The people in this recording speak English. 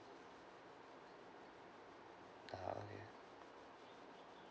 uh